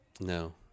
No